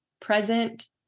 present